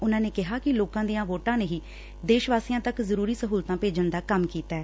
ਉਨੂਾ ਨੇ ਕਿਹਾ ਕਿ ਲੋਕਾਂ ਦੀਆਂ ਵੋਟਾਂ ਨੇ ਹੀ ਦੇਸ਼ ਵਾਸੀਆਂ ਤੱਕ ਜ਼ਰੁਰੀ ਸਹੁਲਤਾਂ ਭੇਜਣ ਦਾ ਕੰਮ ਕੀਡੈ